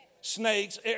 Snakes